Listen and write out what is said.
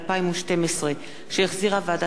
שהחזירה ועדת הפנים והגנת הסביבה.